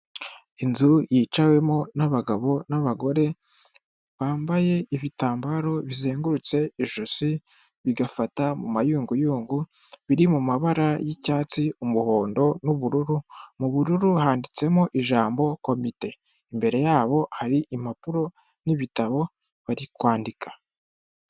Inzu yicawemo n'abagabo n'abagore bambaye ibitambaro bizengurutse ijosi bigafata mu mayunguyungu biri mu mabara y'icyatsi, umuhondo n'ubururu, mu bururu handitsemo ijambo komite, imbere yabo hari impapuro n'ibitabo bari kwandika.